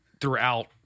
throughout